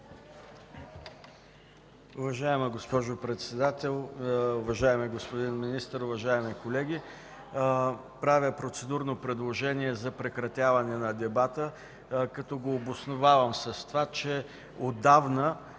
Уважаема госпожо Председател, уважаеми господин Министър, уважаеми колеги! Правя процедурно предложение за прекратяване на дебата, като го обосновавам с това, че отдавна